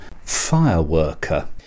Fireworker